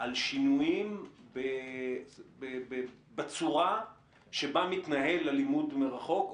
על שינויים בצורה שבה מתנהל הלימוד מרחוק?